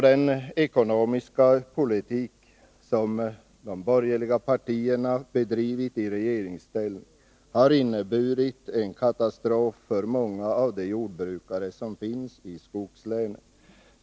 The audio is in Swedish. Den ekonomiska politik som de borgerliga partierna bedrivit i regeringsställning har inneburit en katastrof för många av jordbrukarna i skogslänen.